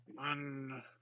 One